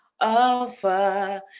Alpha